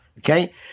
Okay